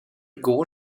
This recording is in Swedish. går